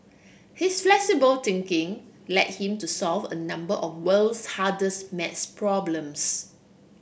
his flexible thinking led him to solve a number of world's hardest math problems